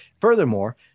Furthermore